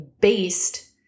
based